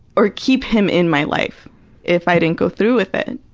or keep him in my life if i didn't go through with it.